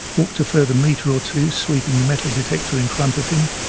walked a further metre or two sweeping the metal detector in front of him.